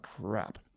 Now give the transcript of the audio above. crap